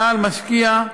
צה"ל משקיע,